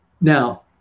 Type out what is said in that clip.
Now